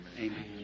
Amen